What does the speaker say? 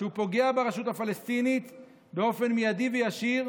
שפוגע ברשות הפלסטינית באופן מיידי וישיר,